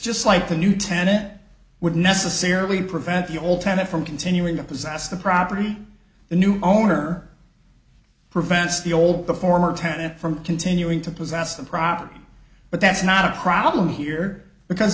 just like the new tenant would necessarily prevent you all tenant from continuing to possess the property the new owner prevents the old the former tenant from continuing to possess the property but that's not a problem here because